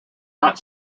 not